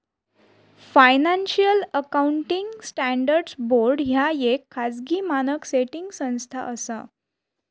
financial accounting standards board ह्या येक खाजगी मानक सेटिंग संस्था असा